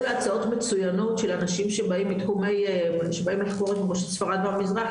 להצעות מצוינות של אנשים שבאים לחקור את מורשת ספרד והמזרח,